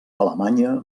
alemanya